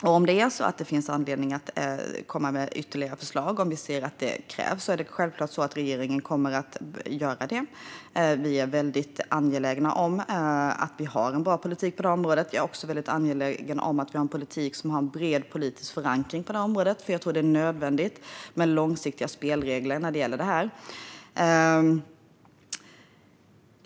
Om det finns anledning, och vi ser att det krävs, att komma med ytterligare förslag kommer regeringen självklart att göra det. Vi är väldigt angelägna om att ha en bra politik på området. Jag är även väldigt angelägen om att den har en bred politisk förankring, för jag tror att det är nödvändigt med långsiktiga spelregler för det här.